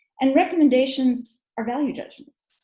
and recommendations are value judgments.